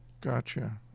Gotcha